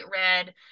red